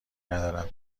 ندارم